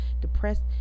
depressed